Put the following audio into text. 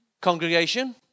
congregation